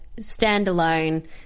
standalone